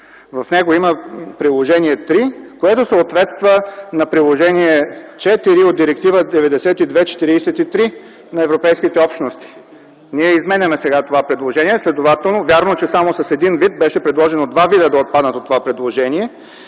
В него има Приложение 3, което съответства на Приложение 4 от Директива 9243 на Европейските общности. Ние изменяме сега това предложение, вярно, че само с един вид. Беше предложено два вида да отпаднат от него.